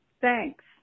Thanks